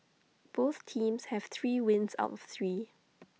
both teams have three wins out of three